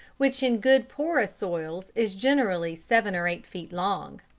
which in good porous soils is generally seven or eight feet long.